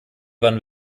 van